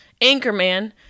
Anchorman